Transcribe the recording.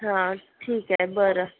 हा ठीक आहे बरं